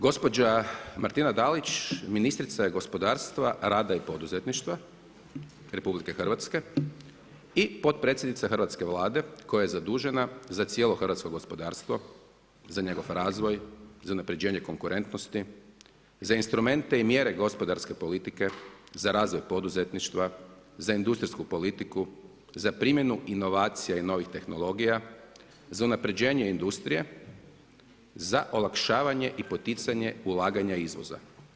Gospođa Martina Dalić ministrica je gospodarstva, rada i poduzetništva RH i potpredsjednica Hrvatske Vlade koja je zadužena za cijelo hrvatsko gospodarstvo, za njegov razvoj, za unapređenje konkurentnosti, za instrumente i mjere gospodarske politike, za razvoj poduzetništva, za industrijsku politiku, za primjenu inovacija i novih tehnologija, za unapređenje industrije, za olakšavanje i poticanje ulaganja izvoza.